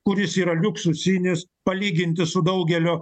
kuris yra liuksusinis palyginti su daugelio